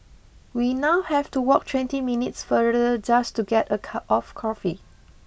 we now have to walk twenty minutes farther just to get a cup of coffee